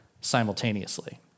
simultaneously